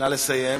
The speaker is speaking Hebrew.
נא לסיים.